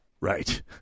Right